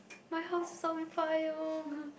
my house on fire